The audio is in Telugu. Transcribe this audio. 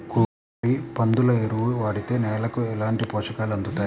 కోడి, పందుల ఎరువు వాడితే నేలకు ఎలాంటి పోషకాలు అందుతాయి